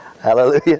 Hallelujah